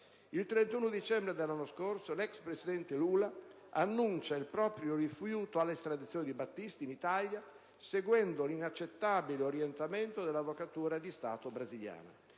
Il 31 dicembre dell'anno scorso l'ex presidente Lula annuncia il proprio rifiuto all'estradizione di Battisti in Italia, seguendo l'inaccettabile orientamento dell'Avvocatura di Stato brasiliana.